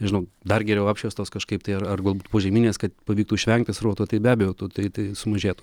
nežinau dar geriau apšviestos kažkaip tai ar gal požeminės kad pavyktų išvengti srauto tai be abejo tai tai sumažėtų